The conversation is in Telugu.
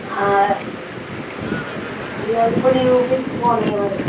ఇగ ఇప్పుడు చూపించుకోలేదు మరి